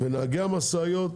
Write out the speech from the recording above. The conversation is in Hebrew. ונהגי המשאיות